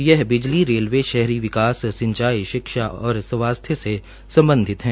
यह बिजली रेलवे शहरी विकास सिंचाई और स्वास्थ्य से सम्बधित है